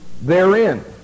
therein